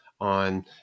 on